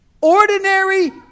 ordinary